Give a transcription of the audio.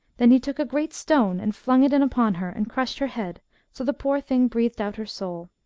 then he took a great stone and flung it in upon her and crushed her head, so the poor thing breathed out her soul.